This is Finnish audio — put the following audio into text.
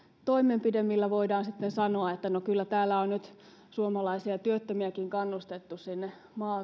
toimenpide millä voidaan sitten sanoa että no kyllä täällä on nyt suomalaisia työttömiäkin kannustettu sinne